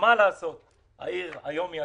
הזה גם בא